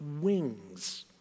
wings